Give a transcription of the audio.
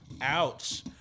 ouch